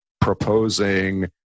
proposing